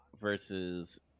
versus